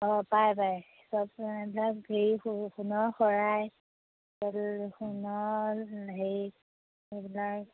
অঁ পায় পায় চব এইবিলাক হেৰি সোণৰ শৰাই সোণৰ হেৰি এইবিলাক